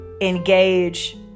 engage